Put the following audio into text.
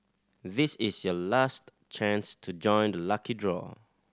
this is your last chance to join the lucky draw